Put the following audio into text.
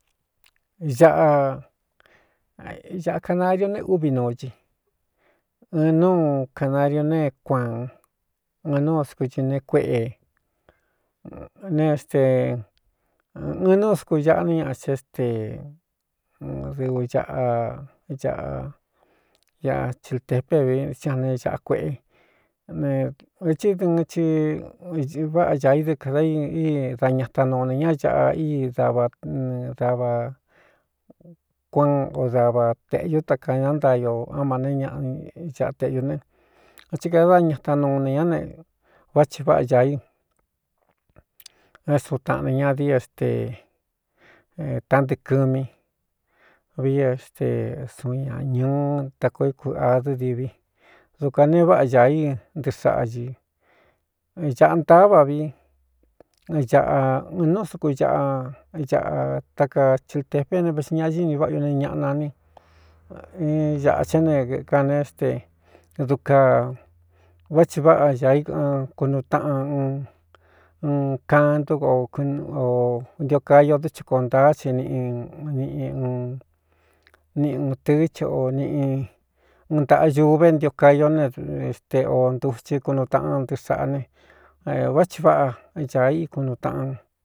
Aꞌa āꞌa canariu ne úvi nu cɨ ɨn núu canariu nēé kuaan ɨn núu suku cɨ ne kuéꞌe neste ɨɨn núu suku ñaꞌa ní ñaa cé ste dɨu aꞌa aꞌa ñaꞌa ci ltepé vi sian ne āꞌa kueꞌe ne vētsí dɨɨn ci váꞌa ñāā i dɨ kāda i í da ñataan nuu ne ñá āꞌa í dava ne dava kuaán o dava tēꞌñu takaña ntaio á ma neé ñaꞌ aꞌa teꞌyū ne a tí kāda dá ñataanuu ine ñá ne váꞌ thi váꞌa ñāā í é suutaꞌanu ñadiíi é ste tantɨꞌɨ kɨmí vii éste suun ñā ñūú ta koo é ku ādɨ́ divi dukuān nee váꞌa ñaā i ntɨꞌɨ saꞌa ñɨ ñāꞌa ntaá váꞌ vi āꞌa ɨn núu suku aꞌa aꞌa takaa ciltepé ne vaꞌxi ñaꞌɨ́ni váꞌa ñu nee ñaꞌa na ní n ñāꞌa ch é ne kaneé ste dukān vá thi váꞌa ñāā ían kunu taꞌan un n can ntúka oo ntiocayo dɨ chi koo ntaá ci nꞌ niꞌi un niꞌ ūn tɨ̄ɨ́ che o niꞌi un ntāꞌayuvé ntio cayo neéste o ntutsɨ kunuu taꞌan ntɨɨ saꞌa ne vá thi váꞌa āa i kunuu taꞌan.